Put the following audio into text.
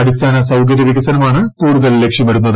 അടിസ്ഥാന സൌകര്യ വികസനമാണ് കൂടുതൽ ലക്ഷ്യമിടുന്നത്